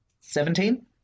Seventeen